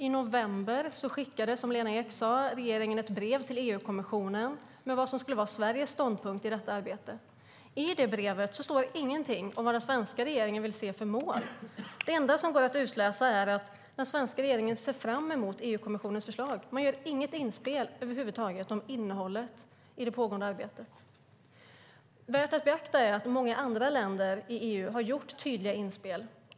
I november skickade, som Lena Ek sade, regeringen ett brev till EU-kommissionen med vad som skulle vara Sveriges ståndpunkt i detta arbete. I det brevet står det ingenting om vad den svenska regeringen vill se som mål. Det enda som går att utläsa är att den svenska regeringen ser fram emot EU-kommissionens förslag. Man gör inget inspel över huvud taget om innehållet i det pågående arbetet. Värt att beakta är att många andra länder i EU har gjort tydliga inspel.